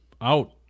out